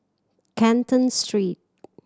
Canton Street